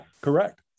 correct